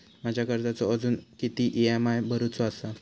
माझ्या कर्जाचो अजून किती ई.एम.आय भरूचो असा?